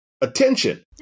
attention